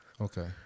Okay